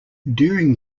during